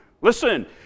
Listen